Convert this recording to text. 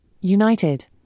United